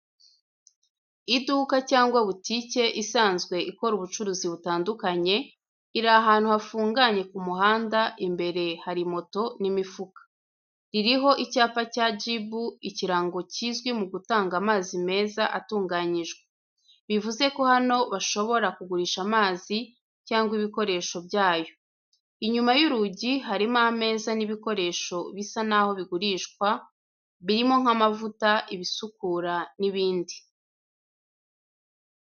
Iduka cyangwa butike isanzwe ikora ubucuruzi butandukanye, iri ahantu hafunganye ku muhanda, imbere hari moto n'imifuka. Ririho icyapa cya Jibu, ikirango kizwi mu gutanga amazi meza atunganyijwe. Bivuze ko hano bashobora kugurisha amazi cyangwa ibikoresho byayo. Inyuma y’urugi harimo ameza n’ibikoresho bisa naho bigurishwa. Birimo nk’amavuta, ibisukura n’ibindi.